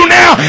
now